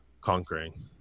conquering